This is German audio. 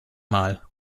mal